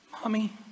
Mommy